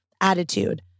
attitude